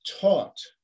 taught